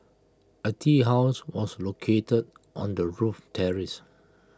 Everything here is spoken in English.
A tea house was located on the roof terrace